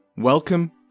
Welcome